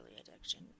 addiction